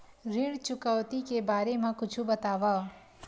ऋण चुकौती के बारे मा कुछु बतावव?